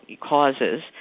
causes